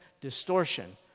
distortion